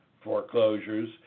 foreclosures